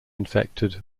infected